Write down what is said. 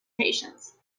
patience